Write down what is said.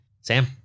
Sam